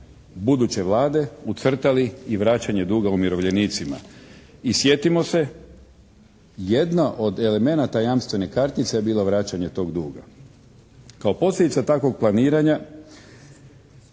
buduće vlade ucrtali i vraćanje duga umirovljenicima. I sjetimo se jedna od elemenata jamstvene kartice je bilo vraćanje tog duga. Kao posljedica takvog planiranja